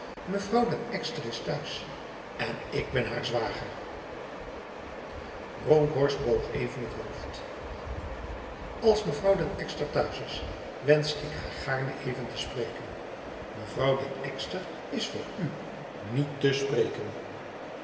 mevrouw den ekster is thuis ik ben haar zwagerf bronkhorst boog even het hoofd als mevrouw den ekster thuis is wenste ik haar gaarne even te spreken mevrouw den ekster is voor u niet te spreken